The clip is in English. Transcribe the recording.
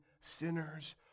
sinners